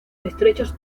estrechos